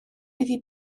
iddi